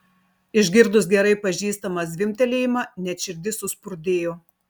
išgirdus gerai pažįstamą zvimbtelėjimą net širdis suspurdėjo